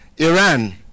Iran